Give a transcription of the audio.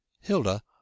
Hilda